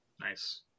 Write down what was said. Nice